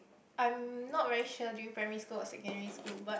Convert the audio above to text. I'm not very sure during primary school or secondary school but